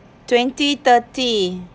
twenty thirty